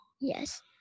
Yes